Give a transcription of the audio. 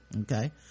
okay